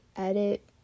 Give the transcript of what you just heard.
edit